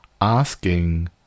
asking